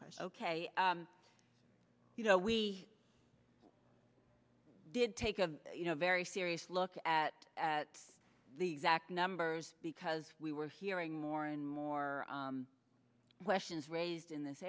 question ok you know we did take a very serious look at at the exact numbers because we were hearing more and more questions raised in this